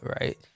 right